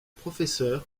professeure